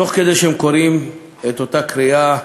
תוך כדי שהם קוראים את אותה קריאה,